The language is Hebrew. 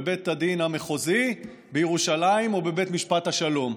בבית הדין המחוזי בירושלים או בבית משפט השלום.